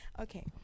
Okay